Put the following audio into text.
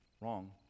Wrong